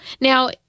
Now